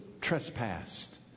trespassed